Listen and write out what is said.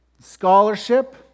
Scholarship